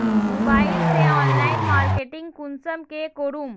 Mobile से online marketing कुंसम के करूम?